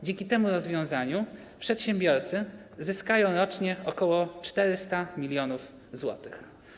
Dzięki temu rozwiązaniu przedsiębiorcy zyskają rocznie ok. 400 mln zł.